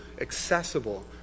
accessible